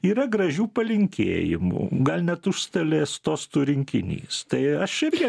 yra gražių palinkėjimų gal net užstalės tostų rinkinys tai aš irgi